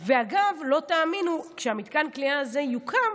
ואגב, לא תאמינו, כשמתקן הכליאה הזה יוקם,